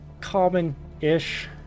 common-ish